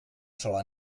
sola